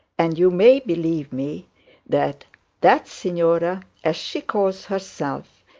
and you may believe me that that signora, as she calls herself,